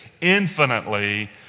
infinitely